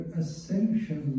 ascension